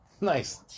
Nice